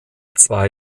zwei